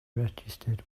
registered